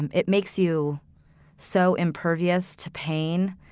and it makes you so impervious to pain.